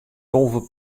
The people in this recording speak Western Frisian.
tolve